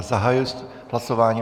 Zahajuji hlasování.